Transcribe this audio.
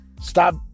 stop